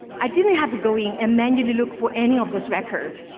i didn't have to go in and manually look for any of this record.